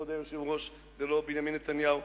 כבוד היושב-ראש, זה לא בנימין נתניהו.